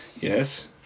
Yes